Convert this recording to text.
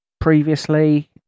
previously